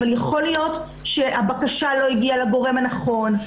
יכול להיות שהבקשה לא הגיעה לגורם הנכון.